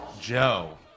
joe